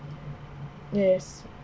yes